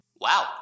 Wow